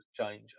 change